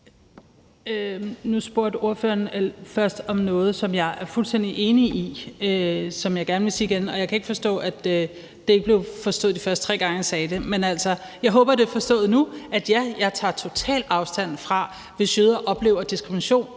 Nu spurgte ordføreren jo til noget, som jeg er fuldstændig enig i, og som jeg gerne vil sige igen, og jeg kan ikke forstå, at det ikke blev forstået de første tre gange, hvor jeg sagde det, men jeg håber, at det bliver forstået nu: Jeg tager totalt afstand fra det, hvis jøder oplever diskrimination